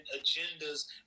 agendas